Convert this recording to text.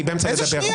אני באמצע לדבר.